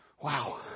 Wow